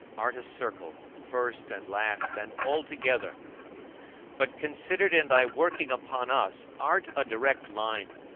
art a circle, first and last, and altogether but, considered in thy working upon us, art a direct line,